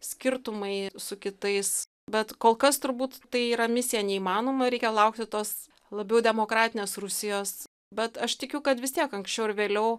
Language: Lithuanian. skirtumai su kitais bet kol kas turbūt tai yra misija neįmanoma reikia laukti tos labiau demokratinės rusijos bet aš tikiu kad vis tiek anksčiau ar vėliau